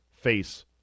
face